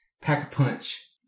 Pack-a-Punch